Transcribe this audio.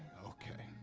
okay